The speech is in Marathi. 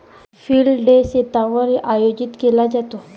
फील्ड डे शेतावर आयोजित केला जातो